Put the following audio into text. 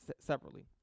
separately